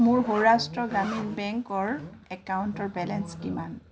মোৰ সৌৰাষ্ট্ৰ গ্ৰামীণ বেংকৰ একাউণ্টৰ বেলেঞ্চ কিমান